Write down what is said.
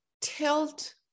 tilt